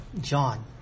John